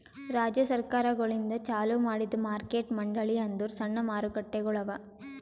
ರಾಜ್ಯ ಸರ್ಕಾರಗೊಳಿಂದ್ ಚಾಲೂ ಮಾಡಿದ್ದು ಮಾರ್ಕೆಟ್ ಮಂಡಳಿ ಅಂದುರ್ ಸಣ್ಣ ಮಾರುಕಟ್ಟೆಗೊಳ್ ಅವಾ